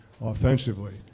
offensively